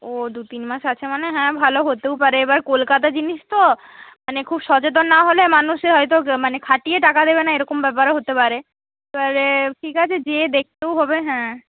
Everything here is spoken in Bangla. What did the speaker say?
ও দু তিন মাস আছে মানে হ্যাঁ ভালো হতেও পারে এবার কলকাতা জিনিস তো মানে খুব সচেতন না হলে মানুষে হয়তো মানে খাটিয়ে টাকা দেবে না এরকম ব্যাপারও হতে পারে এবারে ঠিক আছে যেয়ে দেখতেও হবে হ্যাঁ